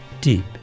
deep